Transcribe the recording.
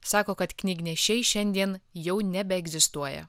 sako kad knygnešiai šiandien jau nebeegzistuoja